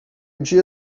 dia